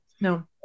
No